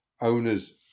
owners